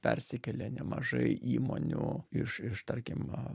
persikėlė nemažai įmonių iš iš tarkim